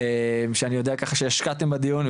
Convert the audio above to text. שאני יודע ככה שהשקעתם בדיון,